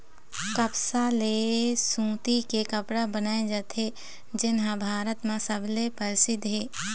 कपसा ले सूती के कपड़ा बनाए जाथे जेन ह भारत म सबले परसिद्ध हे